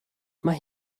mae